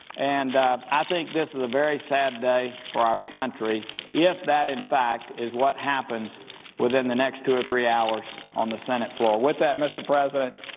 and i think this is a very sad day for our country if that, in fact, is what happens within the next two or three hours on the senate floor. with that, mr. president,